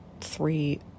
three